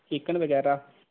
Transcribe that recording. chicken बगैरा